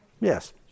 Yes